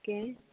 okay